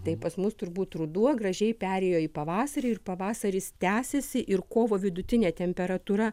tai pas mus turbūt ruduo gražiai perėjo į pavasarį ir pavasaris tęsiasi ir kovo vidutinė temperatūra